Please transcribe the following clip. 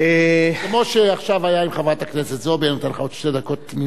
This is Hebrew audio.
כמו שעכשיו היה עם חברת הכנסת זועבי אני נותן לך עוד שתי דקות תמימות.